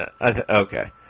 Okay